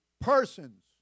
person's